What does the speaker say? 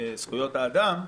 זכויות האדם,